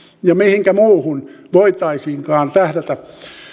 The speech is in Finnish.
ja mihinkä muuhun voitaisiinkaan tähdätä